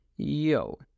Yo